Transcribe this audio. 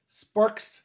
sparks